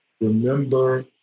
Remember